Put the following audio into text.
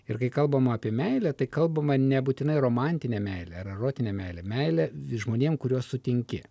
ir kai kalbama apie meilę tai kalbama nebūtinai romantinę meilę ar erotinę meilę meilę vis žmonėms kuriuos sutinki